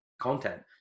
content